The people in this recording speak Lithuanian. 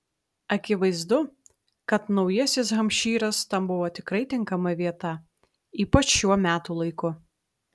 akivaizdu kad naujasis hampšyras tam buvo tikrai tinkama vieta ypač šiuo metų laiku